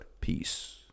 peace